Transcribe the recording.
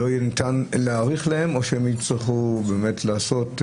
לא ניתן יהיה להאריך להם או שהם יצטרכו באמת לעשות,